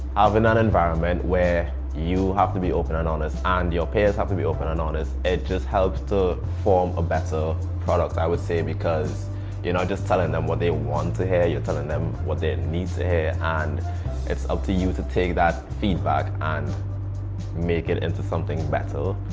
i'm in an environment where you have to be open and honest and your peers have to be open and honest. it just helps to form a better product i would say because you know just telling them what they want to hear, you're telling them what they need to hear, and it's up to you to take that feedback and make it into something better.